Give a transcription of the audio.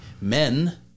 Men